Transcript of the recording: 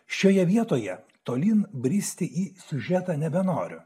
šioje vietoje tolyn bristi į siužetą nebenoriu